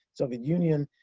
soviet union,